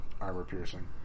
armor-piercing